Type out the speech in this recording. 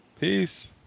Peace